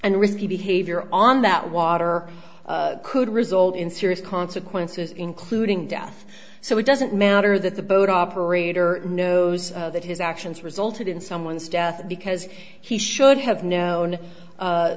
and risky behavior on that water could result in serious consequences including death so it doesn't matter that the boat operator knows that his actions resulted in someone's death because he should